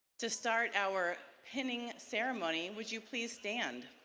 to start our pinning ceremony, will you please stand?